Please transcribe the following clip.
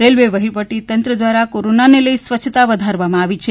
railway વહિવટી તંત્ર દ્વારા કોરોનાને લઇને સ્વચ્છતા વધારવામાં આવી છે